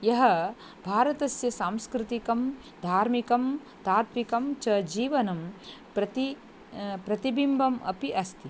यः भारतस्य सांस्कृतिकं धार्मिकं तात्त्विकं च जीवनं प्रति प्रतिबिम्बम् अपि अस्ति